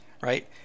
right